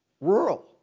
rural